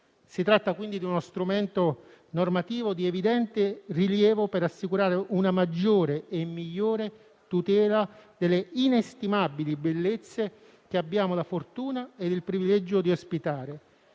Si tratta quindi di uno strumento normativo di evidente rilievo per assicurare una maggiore e migliore tutela delle inestimabili bellezze che abbiamo la fortuna e il privilegio di ospitare.